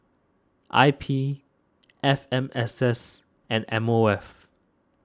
I P F M S S and M O F